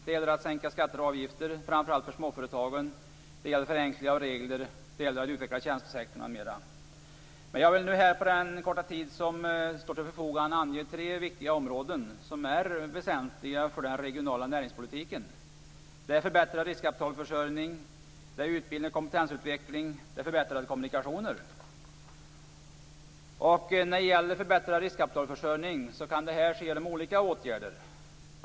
Det gäller att sänka skatter och avgifter framför allt för småföretagen. Det gäller att förenkla regler, att utveckla tjänstesektorn m.m. Jag vill här på den korta tid som står till förfogande ange tre viktiga områden som är väsentliga för den regionala näringspolitiken. Det är förbättrad riskkapitalförsörjning, det är utbildning och kompetensutveckling och det är förbättrade kommunikationer. När det gäller förbättrad riskkapitalförsörjning kan det ske genom olika åtgärder.